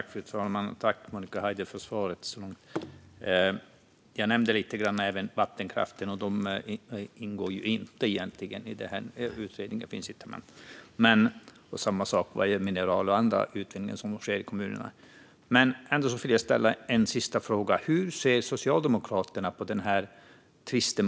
Fru talman! Tack för svaret, Monica Haider! Jag nämnde även vattenkraften, som egentligen inte finns med i utredningen, samma sak vad gäller mineral och andra utvinningar som sker i kommunerna. Jag vill ändå ställa en sista fråga: Hur ser Socialdemokraterna på den här tvisten?